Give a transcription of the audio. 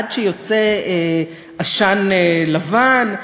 עד שיוצא עשן לבן,